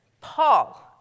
Paul